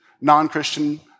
non-Christian